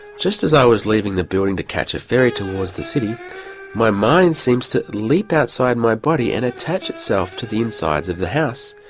just as i was leaving the building to catch a ferry towards the city my mind seems to leap outside my body and attach itself to the insides of the house.